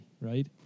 right